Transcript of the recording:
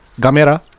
Gamera